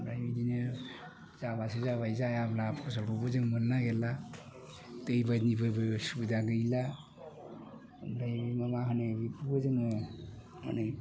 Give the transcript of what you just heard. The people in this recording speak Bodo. ओमफ्राय बिदिनो जाब्लासो जाबाय जायाब्ला फसलखौबो जों मोननो नागिरला दैफोरनिबो सुबिदा गैला ओमफ्राय मा होनो बेफोरखौ जोङो माने